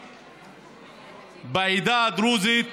מספיק בעדה הדרוזית